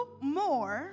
more